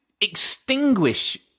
extinguish